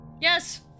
Yes